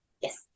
Yes